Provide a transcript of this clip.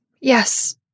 Yes